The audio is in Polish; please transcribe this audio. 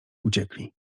uciekli